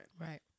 Right